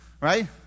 Right